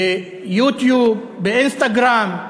ב"יוטיוב", באינסטגרם,